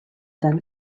than